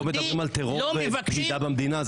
לא מבקשים --- אבל פה מדובר על טרור ועל בגידה במדינה.